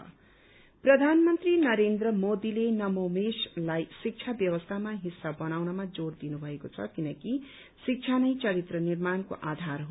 PM education प्रधानमनत्री नरेन्द्र मोदीले नवोन्मेषलाई शिक्षा व्यवस्थाको हिस्सा बनाउनमा जोड़ दिनुभएको छ किनकि शिक्षा नै चरित्र निर्माणको आधार हो